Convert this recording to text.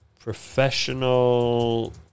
Professional